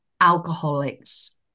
alcoholics